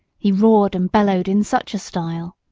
he roared and bellowed in such a style.